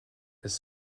this